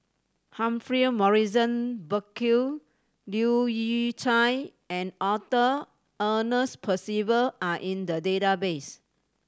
Humphrey Morrison Burkill Leu Yew Chye and Arthur Ernest Percival are in the database